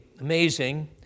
amazing